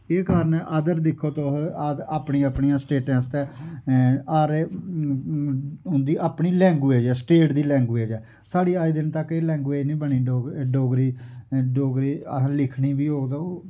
एह् कारण ऐ जिद्धर दिक्खो तुस अपनी अपनी स्टेटे आस्तै हर इक दी अपनी लैंगबेंज ऐ स्टेट दी लैंगवैंज ऐ साढ़ी अज्ज दिन तक कोई लैंगवैंज नेईं बनी डोगरी डोगरी अस लिखनी बी होग ते